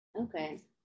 Okay